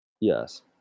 Yes